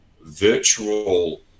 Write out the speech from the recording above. virtual